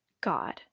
God